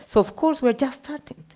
so of course we're just starting.